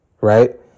right